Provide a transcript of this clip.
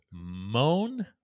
moan